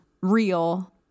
real